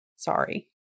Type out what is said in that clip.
sorry